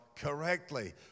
correctly